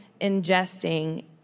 ingesting